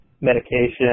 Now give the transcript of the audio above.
Medication